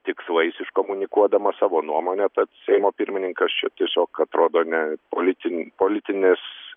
tikslais iškomunikuodama savo nuomonę tad seimo pirmininkas čia tiesiog atrodo ne politin politinės